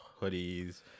hoodies